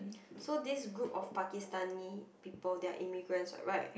so this group of Pakistani people they are immigrants what right